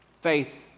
Faith